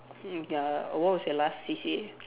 mm ya what was your last C_C_A